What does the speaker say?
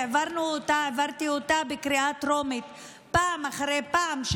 והעברתי אותה בקריאה טרומית פעם אחרי פעם,